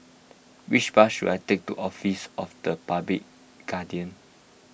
which bus should I take to Office of the Public Guardian